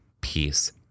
peace